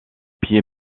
pieds